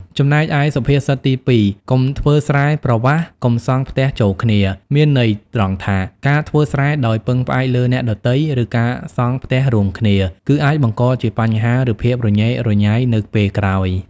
ចំណែកឯសុភាសិតទី២ "កុំធ្វើស្រែប្រវាស់កុំសង់ផ្ទះចូលគ្នា" មានន័យត្រង់ថា ការធ្វើស្រែដោយពឹងផ្អែកលើអ្នកដទៃ ឬការសង់ផ្ទះរួមគ្នា គឺអាចបង្កជាបញ្ហា ឬភាពរញ៉េរញ៉ៃនៅពេលក្រោយ។